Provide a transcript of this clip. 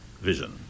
vision